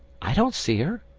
i don't see her.